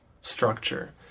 structure